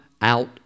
out